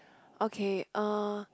okay uh